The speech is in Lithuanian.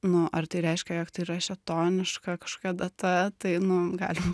nu ar tai reiškia jog tai yra šėtoniška kažkokia data tai nu galim